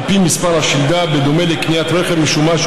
על פי מספר השלדה, בדומה לקניית רכב משומש.